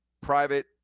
private